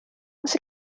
was